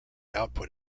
output